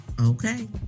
Okay